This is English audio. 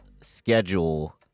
schedule